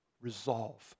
resolve